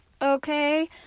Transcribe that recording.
okay